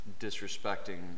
disrespecting